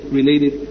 related